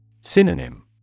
Synonym